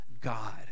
God